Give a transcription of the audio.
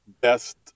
best